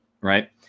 right